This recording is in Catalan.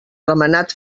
remenat